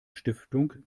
stiftung